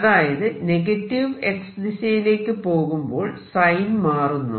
അതായത് negative X ദിശയിലേക്ക് പോകുമ്പോൾ സൈൻ മാറുന്നു